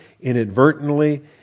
inadvertently